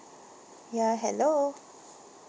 ya hello